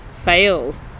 fails